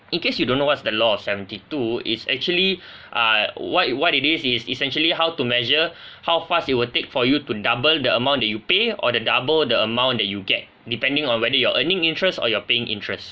in case you don't know what's the law of seventy two is actually uh what what it is is essentially how to measure how fast it will take for you to double the amount that you pay or the double the amount that you get depending on whether you're earning interest or you're paying interest